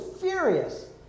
furious